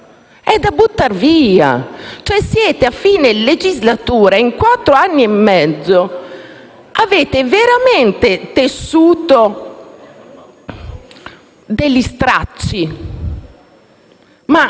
è da buttar via. Siete a fine legislatura e, in quattro anni e mezzo, avete veramente tessuto degli stracci,